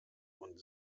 und